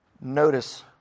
Notice